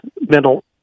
mental